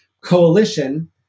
coalition